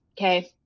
okay